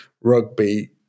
rugby